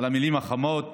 על המילים החמות